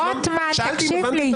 רוטמן, תקשיב לי.